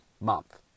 month